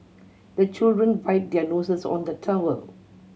the children wipe their noses on the towel